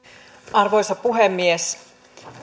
arvoisa puhemies